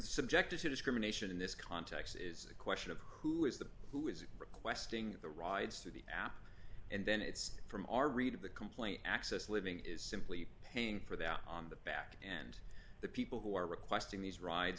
subjected to discrimination in this context is a question of who is the who is requesting the rides to the app and then it's from our read of the complaint access living is simply paying for that on the back and the people who are requesting these rides